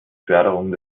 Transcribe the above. förderung